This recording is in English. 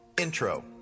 Intro